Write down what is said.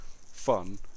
fun